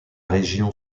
région